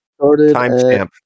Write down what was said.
Timestamp